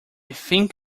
think